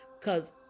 Cause